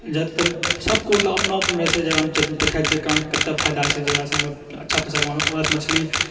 जादातर सबके मतलब अपना अपना रहै छै जे देखै छियै काम केतना फायदा छै जकरासँ हम अच्छा पैसा कमेबै ओकरासँ मछली